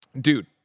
dude